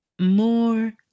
more